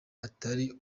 atari